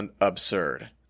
absurd